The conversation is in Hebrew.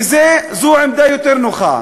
כי זו עמדה יותר נוחה.